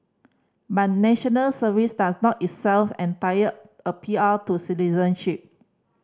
but National Service does not itself entitle a P R to citizenship